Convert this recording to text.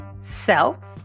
self